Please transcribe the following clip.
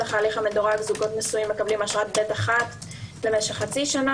ההליך המדורג זוגות נשואים מקבלים אשרת ב'1 למשך חצי שנה